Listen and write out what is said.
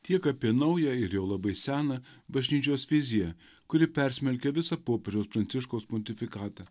tiek apie naują ir jau labai seną bažnyčios viziją kuri persmelkia visą popiežiaus pranciškaus pontifikatą